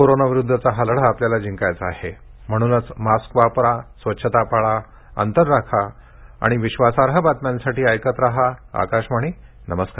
corona विरुद्धचा हा लढा आपल्याला जिंकायचा आहे म्हणूनच मास्क वापरा स्वच्छता पाळा अंतर राखा आणि विश्वासार्ह बातम्यांसाठी ऐकत रहा आकाशवाणी नमस्कार